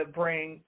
bring